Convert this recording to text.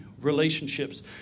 relationships